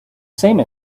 same